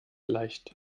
leicht